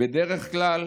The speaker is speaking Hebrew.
בדרך כלל